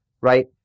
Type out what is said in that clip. Right